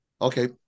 okay